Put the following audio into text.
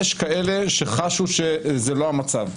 יש כאלה שחשו שזה לא המצב.